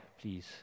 please